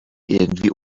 irgendwie